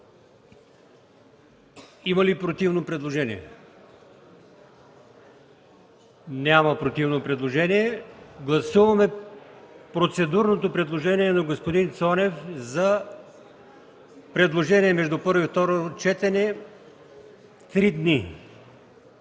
Има ли противно предложение? Няма. Гласуваме процедурното предложение на господин Цонев за предложения между първо и второ четене – три дни.